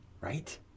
right